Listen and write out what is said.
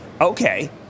okay